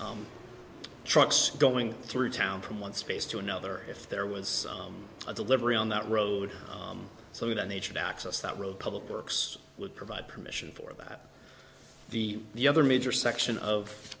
trucks going through town from one space to another if there was a delivery on that road so the nature of access that road public works would provide permission for that the the other major section of